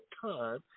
time